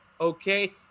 Okay